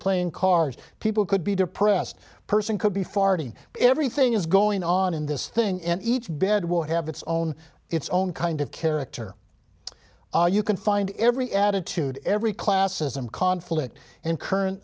playing cards people could be depressed person could be farting but everything is going on in this thing and each bed will have its own its own kind of character you can find every attitude every classism conflict and current